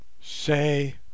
SAY